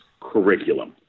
curriculum